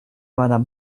madame